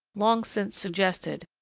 long since suggested,